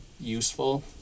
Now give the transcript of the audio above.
useful